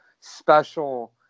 special